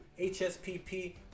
hspp